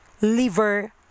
liver